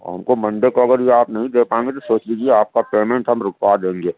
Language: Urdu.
اور ہم کو منڈے کو اگر آپ نہیں دے پائیں گے تو سوچ لیجیے آپ كا پیمنٹ ہم رُكوا دیں گے